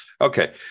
Okay